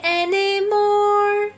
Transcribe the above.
anymore